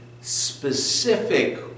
specific